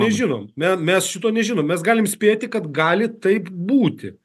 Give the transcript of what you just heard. nežinom me mes šito nežinom mes galim spėti kad gali taip būti